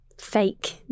fake